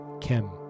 kim